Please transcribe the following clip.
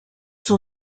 son